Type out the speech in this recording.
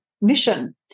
mission